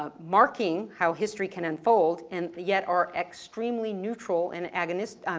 ah marking how history can unfold and yet are extremely neutral and agonist